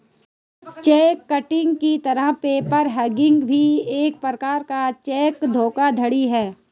check kiting की तरह paper hanging भी एक प्रकार का चेक धोखाधड़ी है